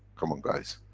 come on guys,